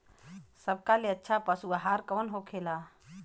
सबका ले अच्छा पशु आहार कवन होखेला?